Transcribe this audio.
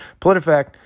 politifact